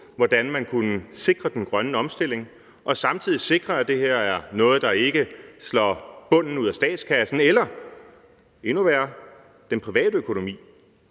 hvordan man kunne sikre den grønne omstilling og samtidig sikre, at det her er noget, der ikke slår bunden ud af statskassen eller – endnu værre – den private økonomi.